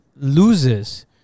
loses –